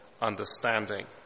understanding